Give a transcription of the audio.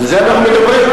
על זה אנחנו מדברים.